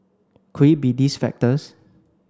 could it be these factors